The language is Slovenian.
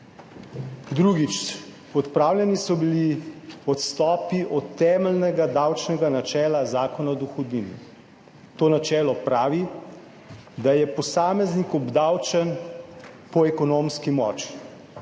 Drugič. Odpravljeni so bili odstopi od temeljnega davčnega načela Zakona o dohodnini. To načelo pravi, da je posameznik obdavčen po ekonomski moči.